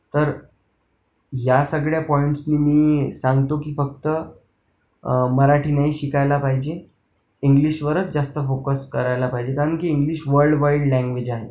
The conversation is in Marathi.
तर या सगळ्या पॉईंट्स मी सांगतो की फक्त मराठी नाही शिकायला पाहिजे इंग्लिशवरच जास्त फोकस करायला पाहिजे कारण की इंग्लिश वर्ल्डवाइल्ड लँग्वेज आहे